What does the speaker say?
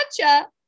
gotcha